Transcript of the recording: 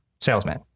salesman